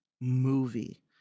movie